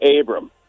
Abram